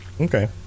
okay